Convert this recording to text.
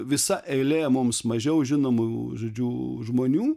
visa eilė mums mažiau žinomų žodžiu žmonių